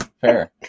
Fair